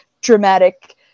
dramatic